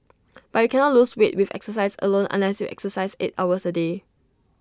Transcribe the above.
but you cannot lose weight with exercise alone unless you exercise eight hours A day